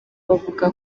bavuga